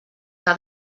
que